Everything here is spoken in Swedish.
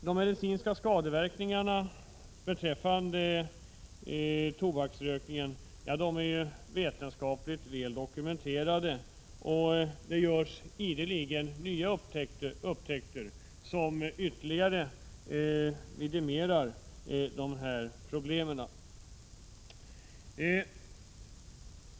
De medicinska skadeverkningarna vid tobaksrökning är vetenskapligt väl dokumenterade, och det görs hela tiden nya upptäckter som understryker problemen.